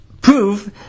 prove